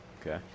Okay